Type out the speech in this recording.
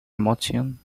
emotion